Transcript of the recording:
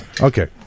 okay